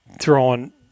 throwing